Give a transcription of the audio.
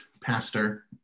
pastor